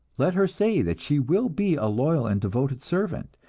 let her say that she will be a loyal and devoted servant,